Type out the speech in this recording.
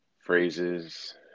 phrases